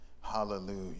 Hallelujah